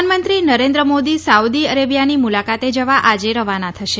પ્રધાનમંત્રી નરેન્દ્ર મોદી સાઉદી અરેબિયાની મુલાકાતે જવા આજે રવાના થશે